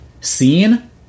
seen